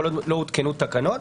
כל עוד לא הותקנו תקנות,